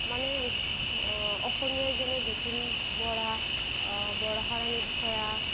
মানে অসমীয়াৰ যেনে যতীন বৰা বৰষাৰাণী বিষয়া